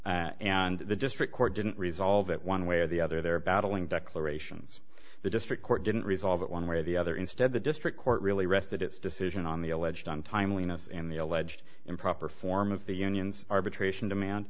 and the district court didn't resolve it one way or the other they're battling declarations the district court didn't resolve it one way or the other instead the district court really rested its decision on the alleged on timeliness and the alleged improper form of the union's arbitration demand